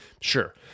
sure